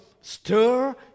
stir